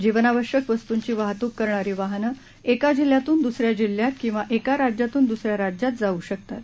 जीवनावश्यक वस्तूंची वाहतूक करणारी वाहनस्क्रिा जिल्ह्यातून दूसऱ्या जिल्ह्यात किंवा एका राज्यातून दुसऱ्या राज्यात जाऊ शकतात